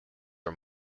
are